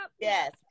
Yes